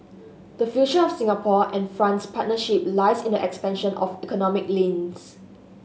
the future of Singapore and France's partnership lies in the expansion of economic links